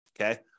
Okay